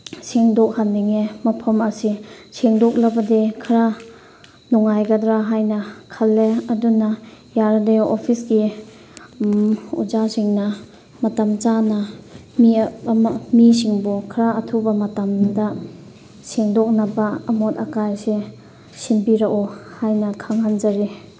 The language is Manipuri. ꯁꯦꯡꯗꯣꯛꯍꯟꯅꯤꯡꯉꯦ ꯃꯐꯝ ꯑꯁꯤ ꯁꯦꯡꯗꯣꯛꯂꯕꯗꯤ ꯈꯔ ꯅꯨꯡꯉꯥꯏꯒꯗ꯭ꯔ ꯍꯥꯏꯅ ꯈꯜꯂꯦ ꯑꯗꯨꯅ ꯌꯥꯔꯗꯤ ꯑꯣꯐꯤꯁꯀꯤ ꯑꯣꯖꯥꯁꯤꯡꯅ ꯃꯐꯝ ꯆꯥꯅ ꯃꯤ ꯃꯤꯁꯤꯡꯕꯨ ꯈꯔ ꯑꯊꯨꯕ ꯃꯇꯝꯗ ꯁꯦꯡꯗꯣꯛꯅꯕ ꯑꯃꯣꯠ ꯑꯀꯥꯏꯁꯦ ꯁꯤꯟꯕꯤꯔꯛꯑꯣ ꯍꯥꯏꯅ ꯈꯪꯍꯟꯖꯔꯤ